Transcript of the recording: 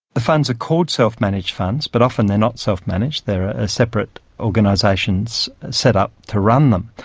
the funds are called self-managed funds but often they are not self-managed, there are ah separate organisation so set up to run them.